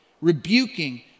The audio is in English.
rebuking